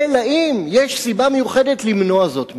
אלא אם כן יש סיבה מיוחדת למנוע זאת ממנו.